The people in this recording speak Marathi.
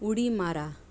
उडी मारा